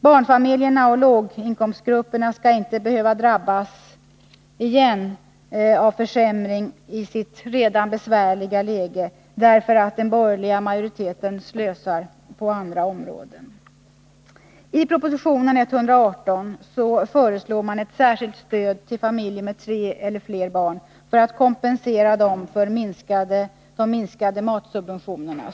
Barnfamiljerna och låginkomstgrupperna skall inte tiska åtgärder behöva drabbas av ytterligare försämring av sitt redan besvärliga läge därför att den borgerliga majoriteten slösar på andra områden. I proposition 118 föreslås ett särskilt stöd till familjer med tre eller fler barn för att kompensera dem för de minskade matsubventionerna.